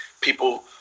people